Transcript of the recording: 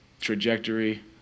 trajectory